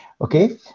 Okay